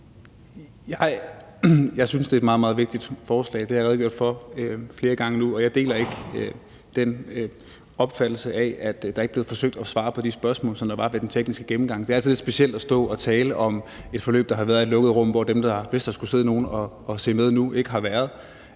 Jeg synes, det er et meget, meget vigtigt forslag, og det har jeg redegjort for flere gange nu, og jeg deler ikke den opfattelse, at man ikke har forsøgt at svare på de spørgsmål, som blev stillet ved den tekniske gennemgang. Det er altså lidt specielt at stå og tale om et forløb, der har foregået i et lukket rum, hvor dem, der måtte sidde og se med nu, ikke har været.